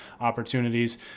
opportunities